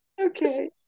Okay